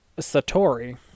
satori